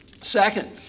Second